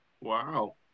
Wow